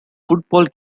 football